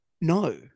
No